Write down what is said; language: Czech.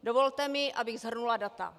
Dovolte mi, abych shrnula data.